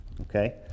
Okay